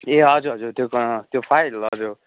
ए हजुर हजुर त्यो त्यो फाइल हजुर